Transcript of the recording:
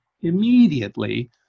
immediately